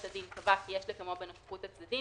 הדין קבע כי יש לקיימו בנוכחות הצדדים,